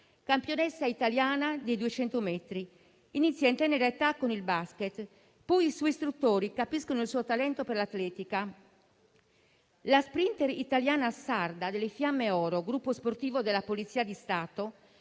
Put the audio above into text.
campionessa italiana dei 200 metri. Inizia in tenera età con il basket e poi i suoi istruttori capiscono il suo talento per l'atletica. La *sprinter* italiana sarda delle Fiamme oro, gruppo sportivo della Polizia di Stato,